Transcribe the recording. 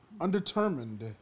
undetermined